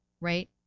right